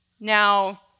Now